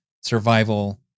survival